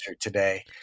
today